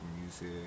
Music